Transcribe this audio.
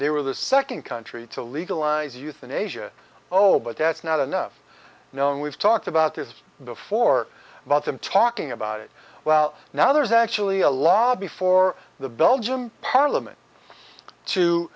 they were the second country to legalize euthanasia oh but that's not enough known we've talked about this before but i'm talking about it well now there's actually a law before the belgium parliament to